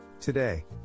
Today